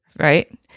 Right